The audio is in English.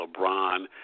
LeBron